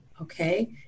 okay